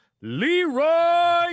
LeRoy